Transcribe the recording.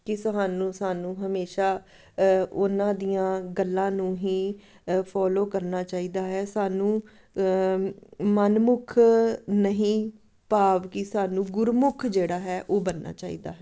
ਕਿ ਤੁਹਾਨੂੰ ਸਾਨੂੰ ਹਮੇਸ਼ਾ ਉਹਨਾਂ ਦੀਆਂ ਗੱਲਾਂ ਨੂੰ ਹੀ ਫੋਲੋ ਕਰਨਾ ਚਾਹੀਦਾ ਹੈ ਸਾਨੂੰ ਮਨਮੁਖ ਨਹੀਂ ਭਾਵ ਕਿ ਸਾਨੂੰ ਗੁਰਮੁਖ ਜਿਹੜਾ ਹੈ ਉਹ ਬਣਨਾ ਚਾਹੀਦਾ ਹੈ